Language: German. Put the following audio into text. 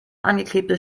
angeklebtes